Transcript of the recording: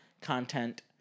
content